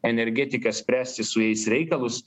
energetiką spręsti su jais reikalus